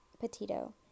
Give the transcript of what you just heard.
Petito